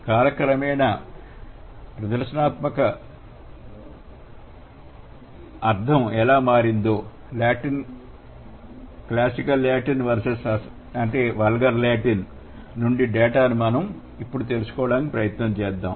కాలక్రమేణా ప్రదర్శనాత్మకాల అర్థం ఎలా మారిందో లాటిన్ క్లాసికల్ లాటిన్ వర్సెస్ అసభ్యకరమైన లాటిన్ నుండి డేటా ద్వారా ఇప్పుడు తెలుసుకోవడానికి ప్రయత్నిస్తాం